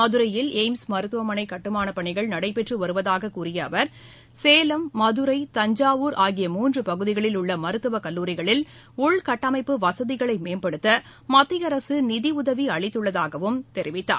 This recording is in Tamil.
மதுரையில் எய்ம்ஸ் மருத்துவமனை கட்டுமானப் பணிகள் நடைபெற்று வருவதாகக் கூறிய அவர் சேலம் மதுரை தஞ்சாவூர் ஆகிய மூன்று பகுதிகளில் உள்ள மருத்துவக் கல்லூரிகளில் உள்கட்டமைப்பு வசதிகளை மேம்படுத்த மத்திய அரசு நிதி உதவி அளித்துள்ளதாகவும் அமைச்சர் திரு சௌபே தெரிவித்தார்